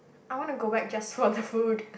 I want to go back just for the food